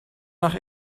nach